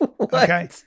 okay